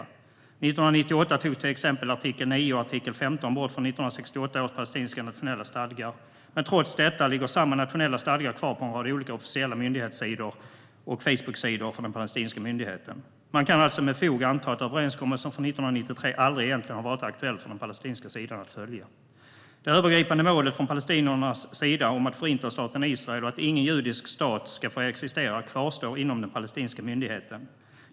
År 1998 togs till exempel artikel 9 och artikel 15 bort från 1968 års palestinska nationella stadga. Trots detta ligger samma nationella stadgar kvar på en rad olika officiella myndighetssidor och Facebooksidor för den palestinska myndigheten. Man kan alltså med fog anta att överenskommelsen från 1993 aldrig egentligen har varit aktuell för den palestinska sidan att följa. Det övergripande målet från palestiniernas sida om att förinta staten Israel och att ingen judisk stat ska få existera kvarstår inom den palestinska myndigheten.